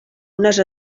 unes